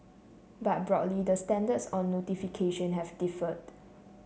but broadly the standards on notification have differed